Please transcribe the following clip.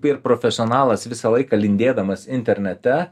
ir profesionalas visą laiką lindėdamas internete